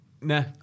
nah